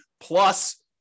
plus